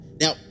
Now